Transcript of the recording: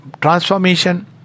transformation